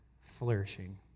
flourishing